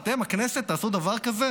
אתם, הכנסת, תעשו דבר כזה?